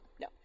No